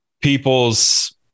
people's